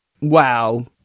Wow